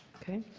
okay.